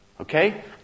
okay